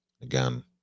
again